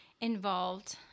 involved